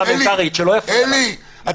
פרלמנטרית --- אלי, אלי.